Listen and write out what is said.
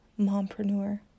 mompreneur